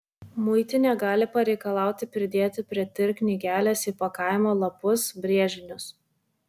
muitinė gali pareikalauti pridėti prie tir knygelės įpakavimo lapus brėžinius